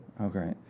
Okay